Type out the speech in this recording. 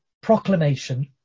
proclamation